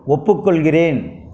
ஒப்புக்கொள்கிறேன்